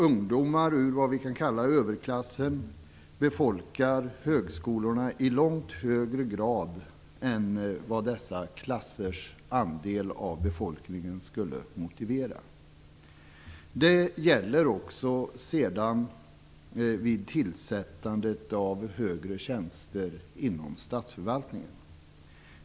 Ungdomar ur vad vi kan kalla överklassen befolkar högskolorna i långt högre grad än vad dessa klassers andel av befolkningen skulle motivera. Det gäller också vid tillsättandet av högre tjänster inom statsförvaltningen.